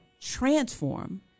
transform